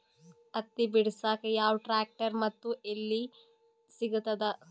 ಹತ್ತಿ ಬಿಡಸಕ್ ಯಾವ ಟ್ರ್ಯಾಕ್ಟರ್ ಮತ್ತು ಎಲ್ಲಿ ಸಿಗತದ?